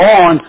on